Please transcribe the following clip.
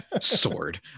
sword